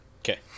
Okay